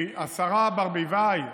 השרה ברביבאי,